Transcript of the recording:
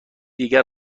دیگر